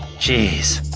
geez.